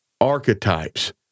archetypes